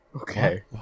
Okay